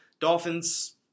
Dolphins